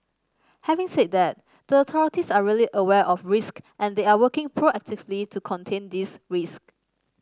having said that the authorities are really aware of risk and they are working proactively to contain these risk